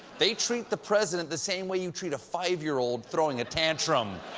they treat the president the same way you treat a five-year-old throwing a tantrum.